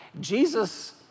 Jesus